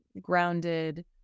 grounded